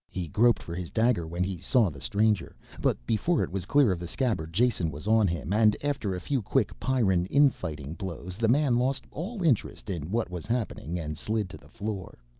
he groped for his dagger when he saw the stranger, but before it was clear of the scabbard jason was on him and after a few quick pyrran infighting blows the man lost all interest in what was happening and slid to the floor.